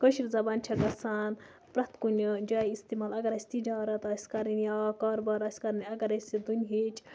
کٲشِر زَبان چھےٚ گَژھان پرٛٮ۪تھ کُنہِ جایہِ استعمال اَگر اَسہِ تِجارت آسہِ کَرٕنۍ یا کاربار آسہِ کَرٕنۍ اَگر أسہِ دُنہِچ